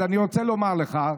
אז אני רוצה לומר לך,